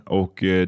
och